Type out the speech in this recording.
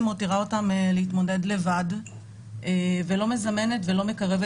מותירה אותם להתמודד לבד ולא מזמנת ולא מקרבת